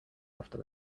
after